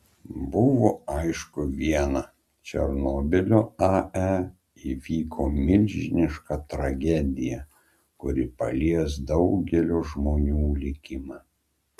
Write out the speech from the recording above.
buvo aišku viena černobylio ae įvyko milžiniška tragedija kuri palies daugelio žmonių likimą